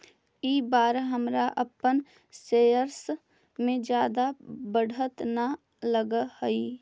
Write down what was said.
इस बार हमरा अपन शेयर्स में जादा बढ़त न लगअ हई